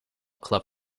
club